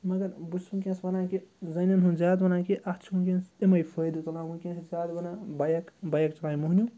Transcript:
مگر بہٕ چھُس وٕنۍکٮ۪نَس وَنان کہِ زَنٮ۪ن ہُنٛد زیادٕ وَنان کہِ اَتھ چھُ وٕنۍکٮ۪نَس اَمے فٲیدٕ تُلان وٕنۍکٮ۪نَس چھِ زیادٕ وَنان بایک بایک چلایہِ موٚہنیوٗ